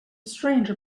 stranger